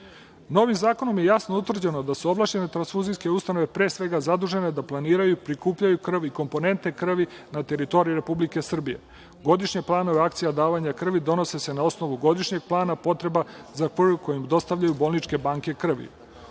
krvi. Novim zakonom je jasno utvrđeno da su ovlašćene transfuzijske ustanove, pre svega, zadužene da planiraju i prikupljaju krv i komponente krvi na teritoriji Republike Srbije. Godišnji planovi akcije davanja krvi donose se na osnovu godišnjeg plana potreba, koju im dostavljaju bolničke banke krvi. Uloga